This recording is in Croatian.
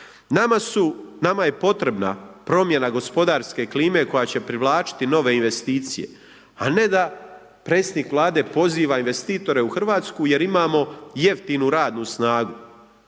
nama je potrebna promjena gospodarske klime koja će privlačiti nove investicije, a ne da predsjednik Vlade poziva investitore u Hrvatsku jer imamo jeftinu radnu snagu